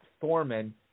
Thorman